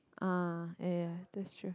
ah ya ya ya that's true